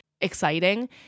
exciting